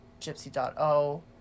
gypsy.o